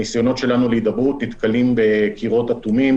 הניסיונות שלנו להידברות נתקלים בקירות אטומים